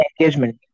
Engagement